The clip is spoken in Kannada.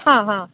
ಹಾಂ ಹಾಂ